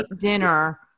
dinner